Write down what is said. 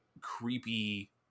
creepy